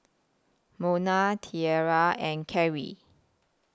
Mona Tiara and Kerry